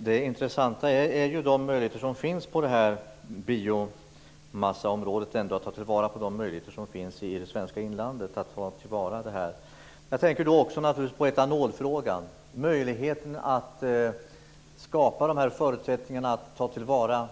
Fru talman! Det intressanta på biomassaområdet är att ta vara på de möjligheter som finns i det svenska inlandet. Jag tänker då också på etanolfrågan och möjligheten att skapa förutsättningar att ta till vara